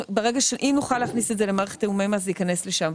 אם נוכל להכניס את זה למערכת תיאומי מס זה ייכנס לשם,